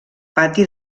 pati